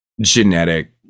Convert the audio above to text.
genetic